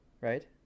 Right